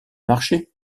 marché